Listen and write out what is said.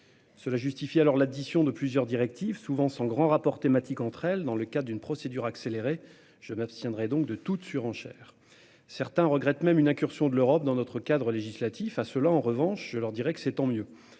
Cela justifie alors l'addition de plusieurs directives souvent sans grand rapport thématique entre elles dans le cas d'une procédure accélérée, je m'abstiendrai donc de toute surenchère. Certains regrettent même une incursion de l'Europe dans notre cadre législatif à ceux-là. En revanche, je leur dirais que c'est tant mieux.